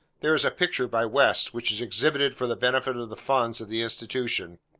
there is a picture by west, which is exhibited for the benefit of the funds of the institution.